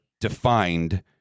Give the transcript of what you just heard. defined